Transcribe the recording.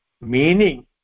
meaning